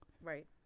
right